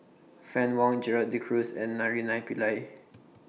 Fann Wong Gerald De Cruz and Naraina Pillai